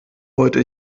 wollte